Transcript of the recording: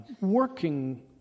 working